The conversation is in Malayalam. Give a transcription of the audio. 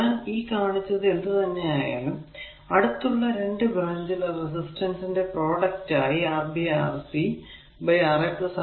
ഞാൻ ഈ കാണിച്ചത് എന്ത് തന്നെ ആയാലും അടുത്തുള്ള 2 ബ്രാഞ്ചിലെ റെസിസ്റ്റൻസ് ന്റെ പ്രോഡക്റ്റ് ആയി Rb Rc ബൈ RaRbRc